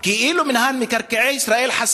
או הקרקע של מינהל מקרקעי ישראל,